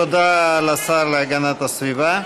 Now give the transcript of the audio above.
תודה לשר להגנת הסביבה.